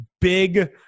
big